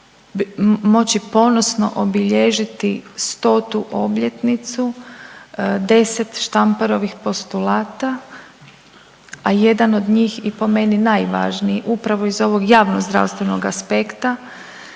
moći ponosno obilježiti 100. obljetnicu 10 Štamparovih postulata, a jedan od njih i po meni najvažniji upravo iz ovog javnozdravstvenog aspekta